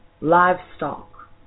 livestock